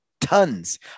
tons